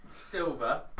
Silver